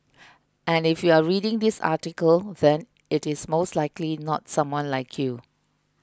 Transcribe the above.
and if you are reading this article then it is most likely not someone like you